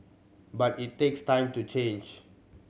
but it takes time to change